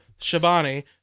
Shabani